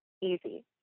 easy